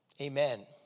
amen